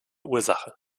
ursache